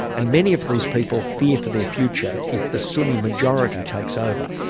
and many of these people fear for their future if the sunni majority takes over.